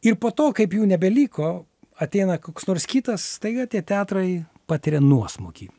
ir po to kaip jų nebeliko ateina koks nors kitas staiga tie teatrai patiria nuosmukį